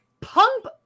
Pump